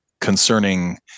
concerning